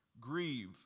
Grieve